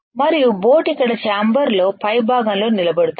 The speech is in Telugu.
మరియు బోట్ ఇక్కడ చాంబర్లో పై భాగంలో నిలబడుతుంది